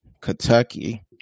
Kentucky